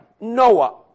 Noah